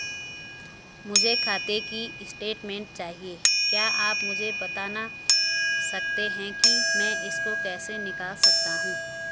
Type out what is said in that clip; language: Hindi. मुझे खाते की स्टेटमेंट चाहिए क्या आप मुझे बताना सकते हैं कि मैं इसको कैसे निकाल सकता हूँ?